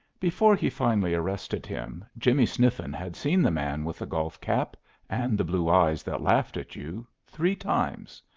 before he finally arrested him, jimmie sniffen had seen the man with the golf-cap, and the blue eyes that laughed at you, three times.